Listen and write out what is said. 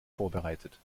vorbereitet